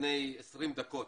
לפני 20 דקות,